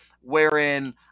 wherein